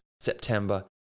September